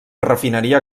refineria